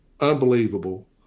unbelievable